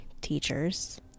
teachers